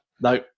No